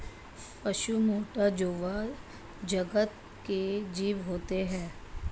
पशु मैटा जोवा जगत के जीव होते हैं